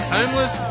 Homeless